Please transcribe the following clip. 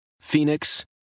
Phoenix